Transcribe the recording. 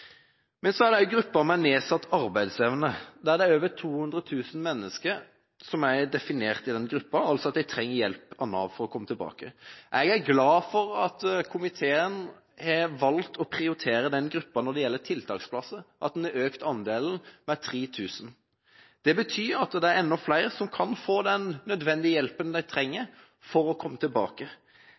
Så er det en gruppe med nedsatt arbeidsevne. Over 200 000 mennesker er definert i den gruppa, som altså trenger hjelp av Nav for å komme tilbake. Jeg er glad for at komiteen har valgt å prioritere den gruppa når det gjelder tiltaksplasser, at en har økt andelen med 3 000. Det betyr at det er enda flere som kan få den hjelpen de trenger for å komme tilbake.